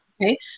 Okay